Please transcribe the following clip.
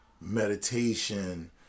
meditation